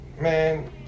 Man